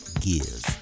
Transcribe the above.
gears